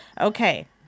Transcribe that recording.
Okay